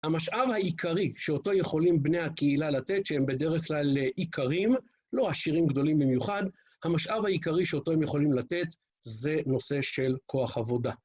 המשאב העיקרי שאותו יכולים בני הקהילה לתת, שהם בדרך כלל איכרים, לא עשירים גדולים במיוחד, המשאב העיקרי שאותו הם יכולים לתת זה נושא של כוח עבודה.